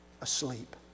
asleep